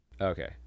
okay